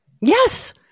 Yes